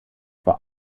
vor